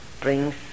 brings